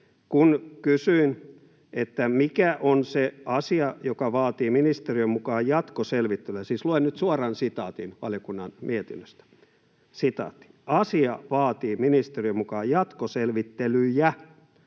Kysyin, mikä on se asia, joka vaatii ministeriön mukaan jatkoselvittelyjä — siis luen nyt suoran sitaatin valiokunnan mietinnöstä: ”Asia vaatii ministeriön mukaan jatkoselvittelyjä.”